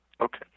Okay